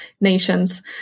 nations